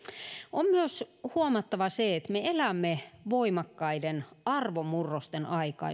on myös huomattava se että me elämme voimakkaiden arvomurrosten aikaa